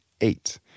eight